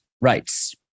rights